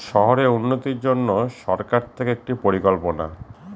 শহরের উন্নতির জন্য সরকার থেকে একটি পরিকল্পনা